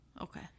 Okay